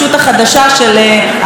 אחרי עשר שנים,